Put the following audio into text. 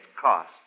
cost